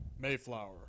Mayflower